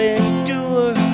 endure